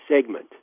segment